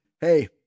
Hey